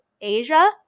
Asia